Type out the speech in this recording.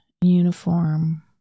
uniform